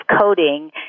coding